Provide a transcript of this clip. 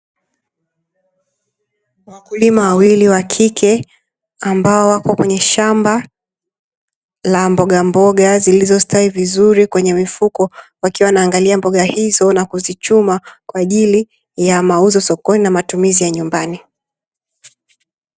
Wakulima wawili wa kike ambao wako kwenye shamba la mbogamboga zilizostawi vizuri kwenye mifuko, wakiwa wanaangalia mboga hizo na kuzichuma kwa ajili ya mauzo sokoni na matumizi ya nyumbani.